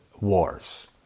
wars